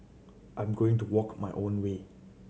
I am going to walk my own way